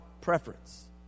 preference